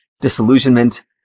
Disillusionment